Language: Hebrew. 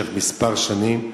במשך כמה שנים.